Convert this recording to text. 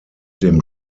dem